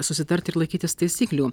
susitarti ir laikytis taisyklių